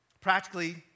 Practically